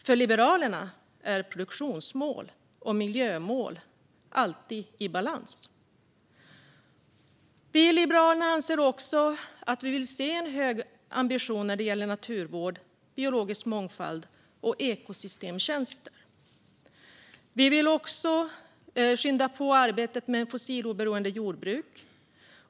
För Liberalerna är produktionsmål och miljömål alltid i balans. Vi i Liberalerna vill se en hög ambition när det gäller naturvård, biologisk mångfald och ekosystemtjänster. Vi vill också skynda på arbetet med ett fossiloberoende jordbruk.